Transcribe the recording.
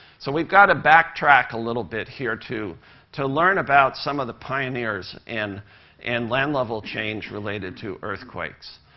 so we've got to backtrack a little bit here to to learn about some of the pioneers in and land level change related to earthquakes.